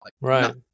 Right